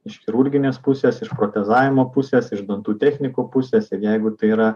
iš chirurginės pusės iš protezavimo pusės iš dantų technikų pusės ir jeigu tai yra